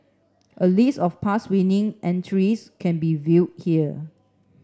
a list of past winning entries can be viewed here